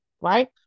right